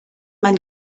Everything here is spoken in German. man